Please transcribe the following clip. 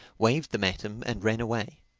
waved them at him, and ran away.